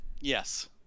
Yes